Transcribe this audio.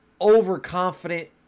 overconfident